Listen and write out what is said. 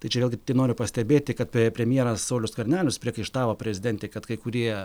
tai čia vėlgi noriu pastebėti kad pre premjeras saulius skvernelis priekaištavo prezidentei kad kai kurie